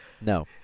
No